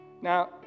now